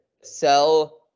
sell